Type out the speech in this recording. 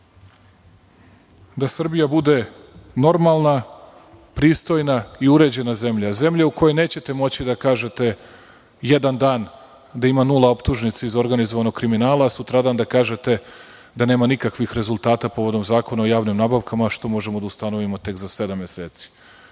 da Srbija bude normalna, pristojna i uređena zemlja. Zemlja u kojoj nećete moći da kažete jedan dan da ima nula optužnica iz organizovanog kriminala, a sutradan da kažete da nema nikakvih rezultata povodom Zakona o javnim nabavkama, što možemo da ustanovimo tek za sedam meseci